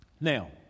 Now